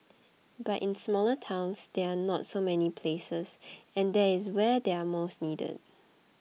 but in smaller towns there are not so many places and that is where they are most needed